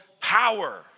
power